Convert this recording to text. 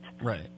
Right